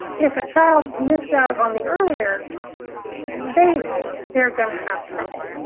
if a child missed out on the earlier phases, they're going to have trouble.